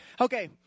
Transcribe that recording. Okay